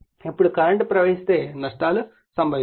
ఇప్పుడు కరెంట్ ప్రవహిస్తే నష్టాలు సంభవిస్తాయి